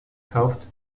kauft